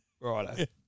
right